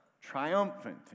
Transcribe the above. triumphant